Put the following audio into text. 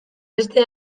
beste